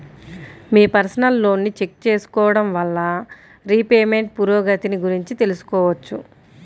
మీ personal లోన్ని check చేసుకోడం వల్ల రీపేమెంట్ పురోగతిని గురించి తెలుసుకోవచ్చు